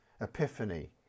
Epiphany